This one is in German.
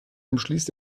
umschließt